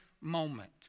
moment